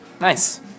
Nice